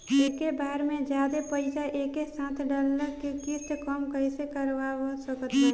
एके बार मे जादे पईसा एके साथे डाल के किश्त कम कैसे करवा सकत बानी?